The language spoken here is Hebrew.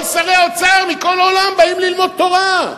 כל שרי האוצר מכל העולם באים ללמוד תורה,